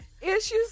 Issues